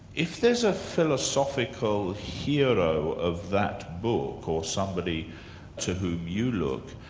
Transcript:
if there's a philosophical hero of that book, or somebody to whom you look,